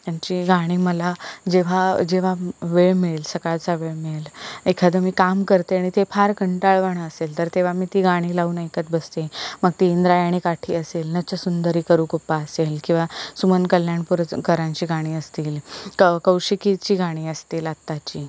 त्यांची गाणी मला जेव्हा जेव्हा वेळ मिळेल सकाळचा वेळ मिळेल एखादं मी काम करते आणि ते फार कंटाळवाणं असेल तर तेव्हा मी ती गाणी लावून ऐकत बस्ते मग ती इंद्रायणीकाठी असेल नच सुंदरी करु कोपा असेल किंवा सुमन कल्याणपूरकरांची गाणी असतील क कौशिकीची गाणी असतील आत्ताची